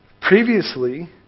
previously